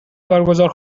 برگزار